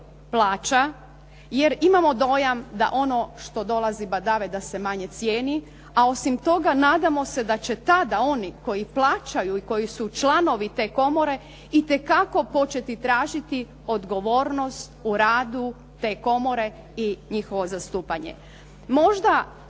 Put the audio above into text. plača. Jer imamo dojam da ono što dolazi badava da se manje cijeni a osim toga nadamo se da će tada oni koji plaćaju i koji su članovi te komore itekako početi tražiti odgovornost u radu te komore i njihovo zastupanje. Možda